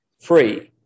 free